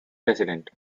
president